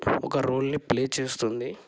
ఒక రోల్ని ప్లే చేస్తుంది